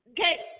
Okay